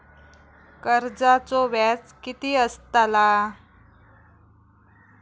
कर्जाचो व्याज कीती असताला?